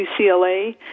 UCLA